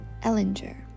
Ellinger